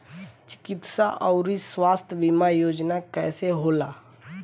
चिकित्सा आऊर स्वास्थ्य बीमा योजना कैसे होला?